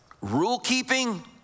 rule-keeping